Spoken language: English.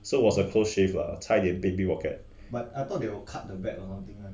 so it was a close save ah 差一点被 pickpocket